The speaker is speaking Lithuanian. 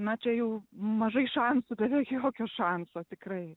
na čia jau mažai šansų beveik jokio šanso tikrai